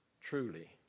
truly